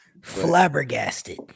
flabbergasted